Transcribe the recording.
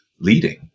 leading